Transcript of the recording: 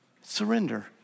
surrender